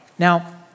Now